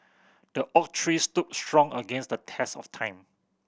the oak tree stood strong against the test of time